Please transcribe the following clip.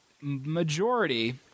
majority